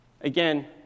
again